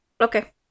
Okay